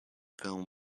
film